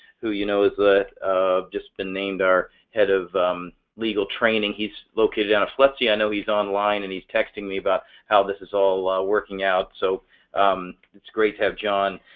who you know is that i've just been named our head of legal training he's located on us let's see. i know he's online and he's texting me about how this is all ah working out, so it's great to have john